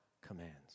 commands